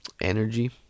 Energy